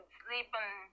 sleeping